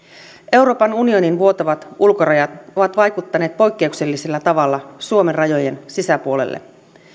euroopan unionin vuotavat ulkorajat ovat vaikuttaneet poikkeuksellisella tavalla suomen rajojen sisäpuolella